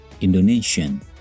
Indonesian